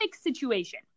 situation